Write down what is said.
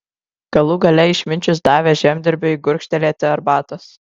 galų gale išminčius davė žemdirbiui gurkštelėti arbatos